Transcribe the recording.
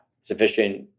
sufficient